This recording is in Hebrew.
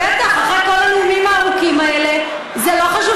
בטח, אחרי כל הנאומים הארוכים האלה, זה לא חשוב.